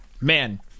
Man